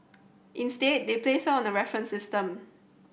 instead they placed her on a reference system